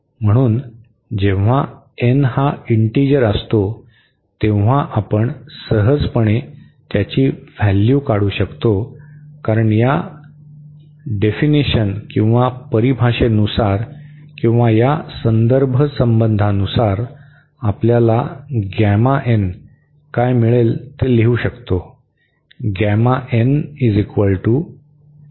म्हणून जेव्हा n हा इंटीजर असतो तेव्हा आपण सहजपणे त्याची व्हॅल्यू काढू शकतो कारण या परिभाषेनुसार किंवा या संदर्भ संबंधानुसार आपल्याला काय मिळेल ते लिहू शकतो